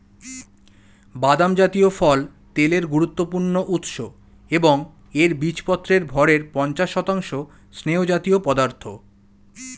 বাদাম জাতীয় ফল তেলের গুরুত্বপূর্ণ উৎস এবং এর বীজপত্রের ভরের পঞ্চাশ শতাংশ স্নেহজাতীয় পদার্থ